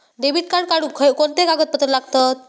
Debit card काढुक कोणते कागदपत्र लागतत?